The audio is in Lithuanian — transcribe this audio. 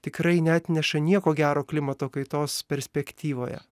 tikrai neatneša nieko gero klimato kaitos perspektyvoje